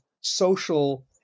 social